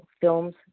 films